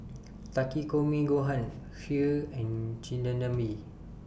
Takikomi Gohan Kheer and Chigenabe